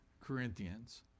Corinthians